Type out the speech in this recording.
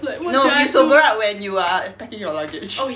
no we sober up when you are packing your luggage